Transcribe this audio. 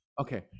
okay